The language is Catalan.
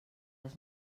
has